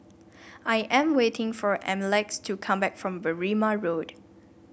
I am waiting for Yamilex to come back from Berrima Road